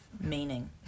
meaning